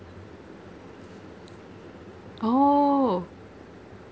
!ow!